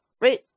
right